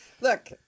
Look